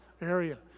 area